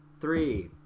three